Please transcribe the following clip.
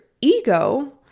ego